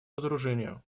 разоружению